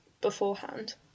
beforehand